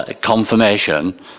confirmation